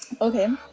Okay